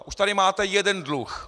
Už tady máte jeden dluh.